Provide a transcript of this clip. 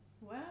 Wow